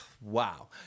Wow